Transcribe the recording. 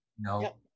No